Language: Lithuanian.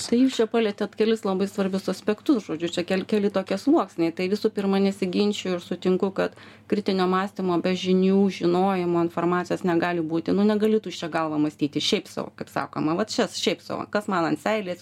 tai jūs čia palietėt kelis labai svarbius aspektus žodžiu čia keli keli tokie sluoksniai tai visų pirma nesiginčiju ir sutinku kad kritinio mąstymo be žinių žinojimo informacijos negali būti nu negali tuščia galva mąstyti šiaip sau kaip sakoma va čia šiaip sau kas man ant seilės